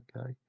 Okay